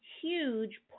huge